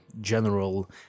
general